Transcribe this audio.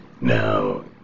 now